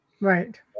right